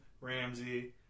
Ramsey